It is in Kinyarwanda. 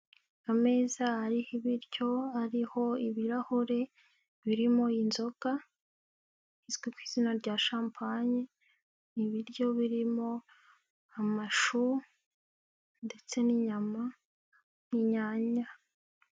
Ameza ari bityo, ariho ibirahure birimo inzoga, izwi ku izina rya shampanye, ibiryo birimo amashu ndetse n'inyama n'inyanya.